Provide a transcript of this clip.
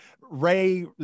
Ray